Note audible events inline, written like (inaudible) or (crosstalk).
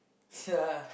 (laughs)